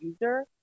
user